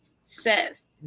says